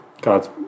God's